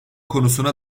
konusuna